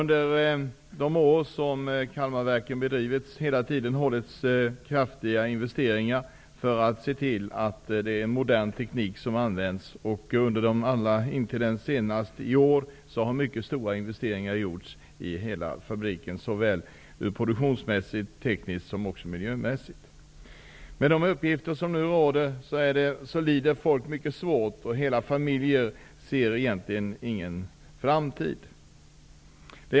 Under de år som Kalmarverken har funnits har stora investeringar gjorts i fabriken så att modern teknik skall användas. Senast i år har stora investeringar gjorts i hela fabriken såväl produktionsmässigt, tekniskt som miljömässigt. Med tanke på de uppgifter som nu har kommit fram lider folk svårt, och hela familjer ser egentligen ingen framtid.